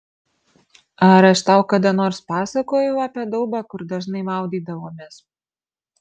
ar aš tau kada nors pasakojau apie daubą kur dažnai maudydavomės